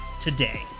today